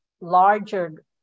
larger